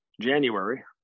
January